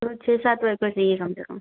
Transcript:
कुल छः सात वर्कर चाहिए कम से कम